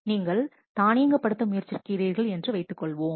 நீங்கள் தானியங்குபடுத்த முயற்சிக்கிறீர்கள் என்று வைத்துக்கொள்வோம்